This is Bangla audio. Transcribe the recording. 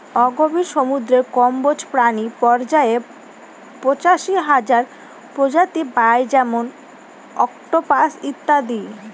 অগভীর সমুদ্রের কম্বজ প্রাণী পর্যায়ে পঁচাশি হাজার প্রজাতি পাই যেমন অক্টোপাস ইত্যাদি